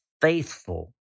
faithful